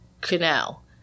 Canal